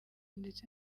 ndetse